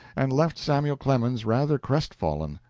and left samuel clemens rather crestfallen,